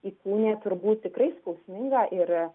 įkūnija turbūt tikrai skausmingą ir